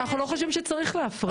אנחנו לא חושבים שצריך להפריד.